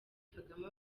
kagame